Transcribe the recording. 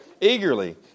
Eagerly